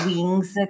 Wings